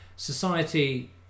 Society